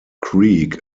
creek